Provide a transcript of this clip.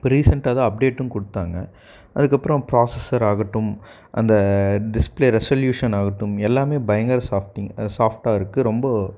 இப்போ ரீசெண்ட்டாக தான் அப்டேட்டும் கொடுத்தாங்க அதுக்கப்புறம் ப்ராஸசராகட்டும் அந்த டிஸ்ப்ளே ரெசொலியூஷன் ஆகட்டும் எல்லாமே பயங்கர சாஃப்ட்டிங் அதாது சாஃப்ட்டாக இருக்கும் ரொம்ப